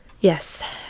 Yes